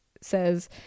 says